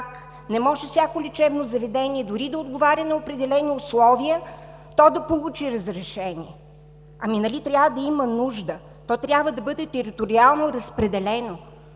Не може всяко лечебно заведение, дори да отговаря на определени условия, да получи разрешение. Нали трябва да има нужда, нали то трябва да бъде териториално разпределено?!